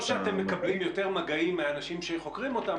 זה לא שאתם מקבלים יותר מגעים מאנשים שחוקרים אותם,